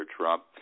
Trump